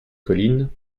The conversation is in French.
colline